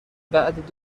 بعد